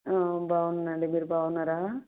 బాగున్నాను అండి మీరు బాగున్నారా